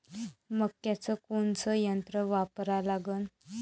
मक्याचं कोनचं यंत्र वापरा लागन?